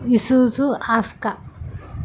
Isuzu ఆస్క